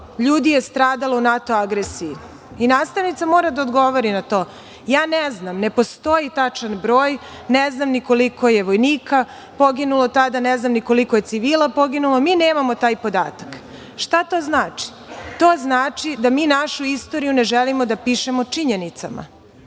ljudi je stradalo u NATO agresiji. Nastavnica mora da odgovori na to – ja ne znam, ne postoji tačan broj, ne znam ni koliko je vojnika poginulo tada, ne znam koliko je civila poginulo. Mi nemamo taj podatak. Šta to znači? To znači da mi našu istoriju ne želimo da pišemo činjenicama,